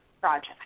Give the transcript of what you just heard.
project